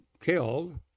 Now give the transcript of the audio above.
killed